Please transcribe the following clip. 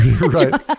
Right